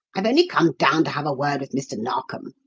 i've only come down to have a word with mr. narkom,